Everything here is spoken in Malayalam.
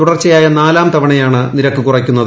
തുടർച്ചയായ നാലാം തവണയാണ് നിരക്ക് കുറയ്ക്കുന്നത്